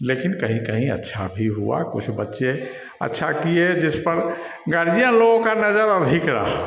लेकिन कहीं कहीं अच्छा भी हुआ कुछ बच्चे अच्छा किए जिस पर गार्जियन लोगों का नज़र अधिक रहा